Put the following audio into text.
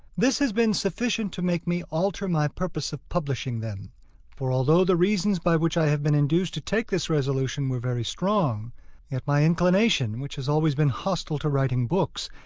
this has been sufficient to make me alter my purpose of publishing them for although the reasons by which i had been induced to take this resolution were very strong, yet my inclination, which has always been hostile to writing books,